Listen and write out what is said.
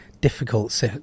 difficult